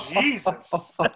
Jesus